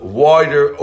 wider